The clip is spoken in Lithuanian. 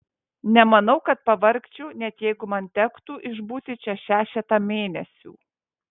nemanau kad pavargčiau net jeigu man tektų išbūti čia šešetą mėnesių